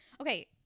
okay